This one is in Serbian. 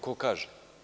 Ko kaže?